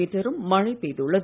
மீட்டரும் மழை பெய்துள்ளது